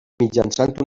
mitjançant